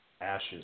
ashes